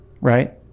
right